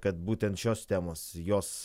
kad būtent šios temos jos